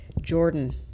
Jordan